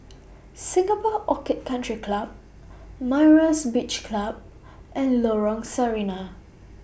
Singapore Orchid Country Club Myra's Beach Club and Lorong Sarina